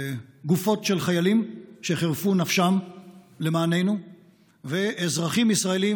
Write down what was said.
גופות של חיילים שחירפו נפשם למעננו ואזרחים ישראלים